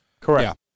Correct